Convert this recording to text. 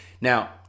Now